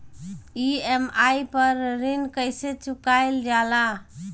EMI पर ऋण कईसे चुकाईल जाला?